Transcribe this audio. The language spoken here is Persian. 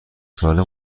ساله